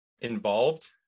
involved